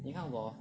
你看我